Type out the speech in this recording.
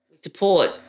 support